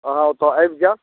अहाँ ओतऽ आबि जायब